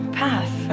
path